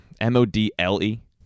M-O-D-L-E